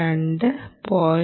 2 0